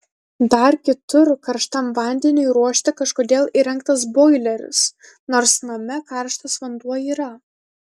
dar kitur karštam vandeniui ruošti kažkodėl įrengtas boileris nors name karštas vanduo yra